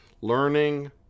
learning